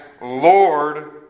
Lord